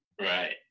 Right